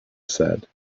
said